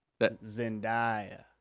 Zendaya